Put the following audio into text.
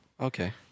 Okay